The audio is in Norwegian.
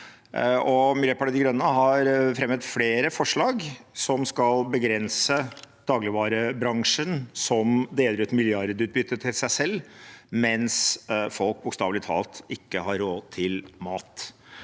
Miljøpartiet De Grønne har fremmet flere forslag som skal begrense dagligvarebransjen, som deler ut milliardutbytte til seg selv mens folk bokstavelig talt ikke har råd til mat.